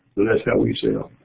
that's how we sell.